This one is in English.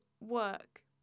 work